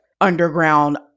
underground